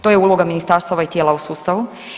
To je uloga ministarstva i tijela u sustavu.